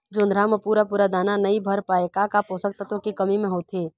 जोंधरा म पूरा पूरा दाना नई भर पाए का का पोषक तत्व के कमी मे होथे?